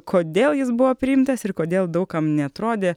kodėl jis buvo priimtas ir kodėl daug kam neatrodė